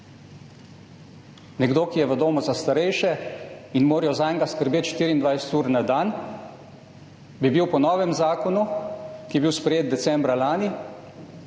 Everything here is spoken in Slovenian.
Nekdo, ki je v domu za starejše in morajo zanj skrbeti 24 ur na dan, bi bil po novem zakonu, ki je bil sprejet decembra lani,